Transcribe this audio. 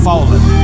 Fallen